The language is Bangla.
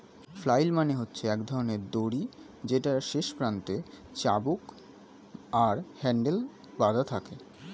ফ্লাইল মানে হচ্ছে এক ধরণের দড়ি যেটার শেষ প্রান্তে চাবুক আর হ্যান্ডেল বাধা থাকে